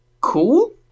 cool